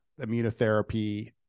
immunotherapy